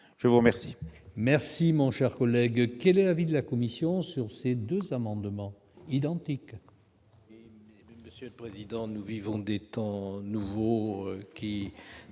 Je veux remercier